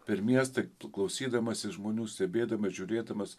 per miestą klausydamasis žmonių stebėdamas žiūrėdamas